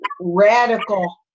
radical